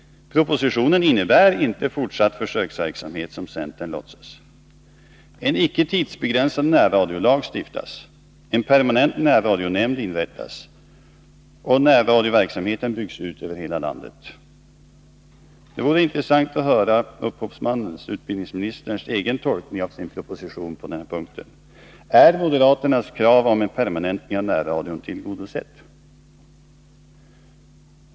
Propositionen innebär inte fortsatt försöksverksamhet, som centern låtsas. En icke tidsbegränsad närradiolag stiftas. En permanent närradionämnd inrättas, och närradioverksamheten byggs ut över hela landet. Det vore intressant att på denna punkt höra upphovsmannens, dvs. utbildningsministerns, egen tolkning av sin proposition. Är moderaternas krav om en permanentning av närradion tillgodosett?